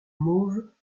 mauves